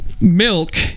Milk